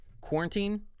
quarantine